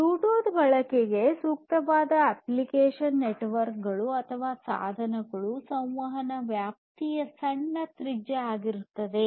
Bluetooth ಬಳಕೆಗೆ ಸೂಕ್ತವಾದ application network ಗಳು ಅಥವಾ ಸಾಧನಗಳು ಸಂವಹನ ವ್ಯಾಪ್ತಿಯ ಸಣ್ಣ ತ್ರಿಜ್ಯ ಆಗಿರುತ್ತದೆ